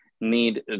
need